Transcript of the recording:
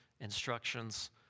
instructions